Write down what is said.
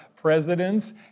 Presidents